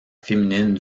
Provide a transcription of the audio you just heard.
féminine